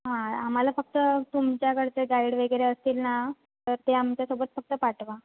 हां आम्हाला फक्त तुमच्याकडचे गाईड वगैरे असतील ना तर ते आमच्यासोबत फक्त पाठवा